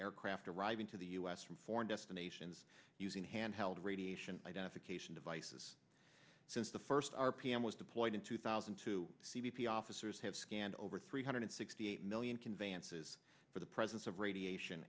aircraft arriving to the u s from foreign destinations using handheld radiation identification devices since the first r p m was deployed in two thousand two c b p officers have scanned over three hundred sixty eight million conveyances for the presence of radiation